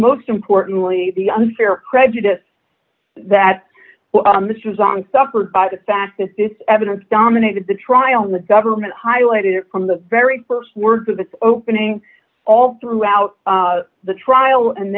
most importantly the unfair prejudice that this was on suffered by the fact that this evidence dominated the trial and the government highlighted it from the very st words of the opening all throughout the trial and